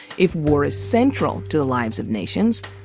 if war is central to the lives of nations,